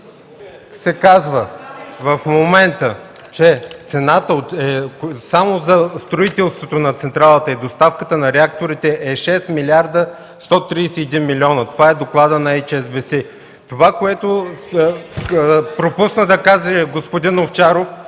казва в момента, че цената само за строителството на централата и доставката на реакторите е 6 млрд. 131 млн. Това е докладът на HSBC. Това, което пропусна да каже господин Овчаров,